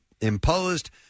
imposed